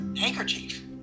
handkerchief